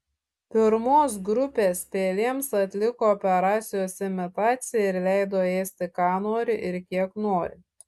pirmos grupės pelėms atliko operacijos imitaciją ir leido ėsti ką nori ir kiek nori